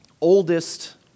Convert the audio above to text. oldest